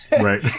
Right